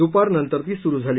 दुपारनंतर ती सुरू झाली